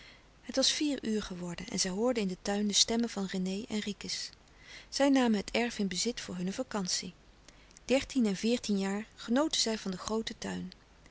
het was vier uur geworden en zij hoorden in den tuin de stemmen van rené en ricus zij namen het erf in bezit voor hunne vacantie dertien en veertien jaar genoten zij van den grooten tuin